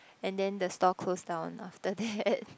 and then the store close down after that